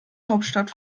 hauptstadt